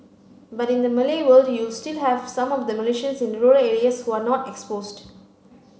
but in the Malay world you still have some of the Malaysians in the rural areas who are not exposed